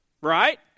Right